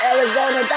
Arizona